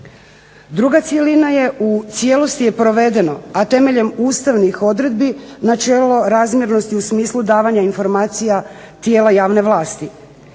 Druga cjelina je, u cijelosti je provedeno, a temeljem ustavnih odredbi načelo razmjernosti u smislu davanja informacija tijela javne vlasti.